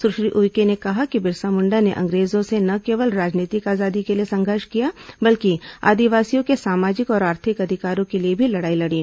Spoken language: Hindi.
सुश्री उइके ने कहा कि बिरसा मुंडा ने अंग्रेजों से न केवल राजनीतिक आजादी के लिए संघर्ष किया बल्कि आदिवासियों के सामाजिक और आर्थिक अधिकारों के लिए भी लड़ाई लड़ी